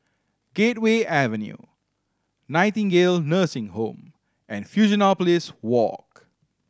Gateway Avenue Nightingale Nursing Home and Fusionopolis Walk